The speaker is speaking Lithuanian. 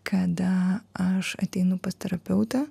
kada aš ateinu pas terapeutą